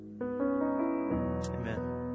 Amen